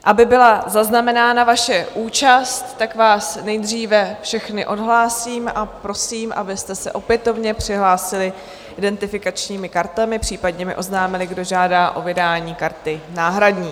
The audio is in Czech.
Aby byla zaznamenána vaše účast, tak vás nejdříve všechny odhlásím a prosím, abyste se opětovně přihlásili identifikačními kartami, případně mi oznámili, kdo žádá o vydání karty náhradní.